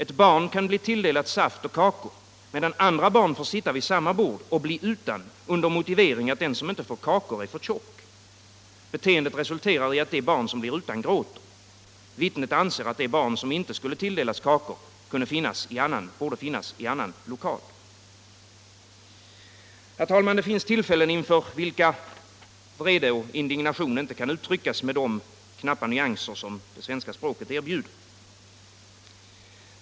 ”—-—--—- ett barn kan bli tilldelat saft och kakor medan andra barn får sitta vid samma bord och bli utan under motivering att den som inte får kakor är för tjock. Beteendet resulterar i att det barn som blir utan gråter. Vittnet anser att det barn som inte skulle tilldelas kakor borde ha funnits i annan lokal —-—-=-.” Herr talman! Det finns tillfällen då vrede och indignation inte kan uttryckas med de knappa nyanser som det svenska språket erbjuder.